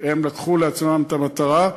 הם לקחו על עצמם את המטרה.